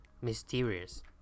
mysterious